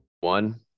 One